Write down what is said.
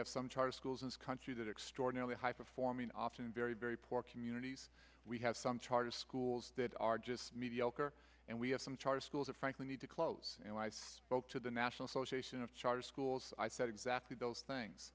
have some charter schools and countries that are extraordinarily high performing often very very poor communities we have some charter schools that are just mediocre and we have some charter schools are frankly need to close and i spoke to the national association of charter schools i said exactly th